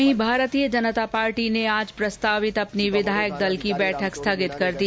वहीं भारतीय जनता पार्टी ने आज प्रस्तावित अपनी विधायक दल की बैठक स्थगित कर दी